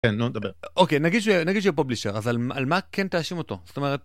אוקיי נגיד שהוא פובלישר אז על מה כן תאשם אותו.